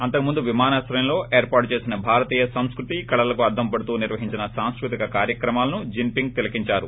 అంతకుముందు విమానాశ్రయంలో ఏర్పాటు చేసిన భారతీయ సాంస్ఫృతి కళలలకు అర్గం పడుతు నిర్వహించిన సాంస్ఫృతిక కార్యక్రమాలను జిన్పింగ్ తిలకించారు